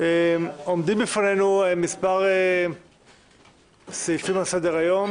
עומדים בפנינו מספר סעיפים על סדר-היום.